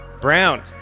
Brown